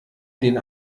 den